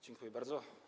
Dziękuję bardzo.